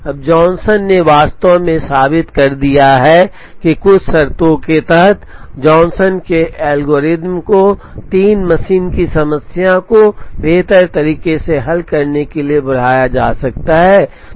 अब जॉनसन ने वास्तव में साबित कर दिया कि कुछ शर्तों के तहत जॉनसन के एल्गोरिथ्म को 3 मशीन की समस्या को बेहतर तरीके से हल करने के लिए बढ़ाया जा सकता है